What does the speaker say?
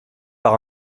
par